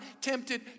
tempted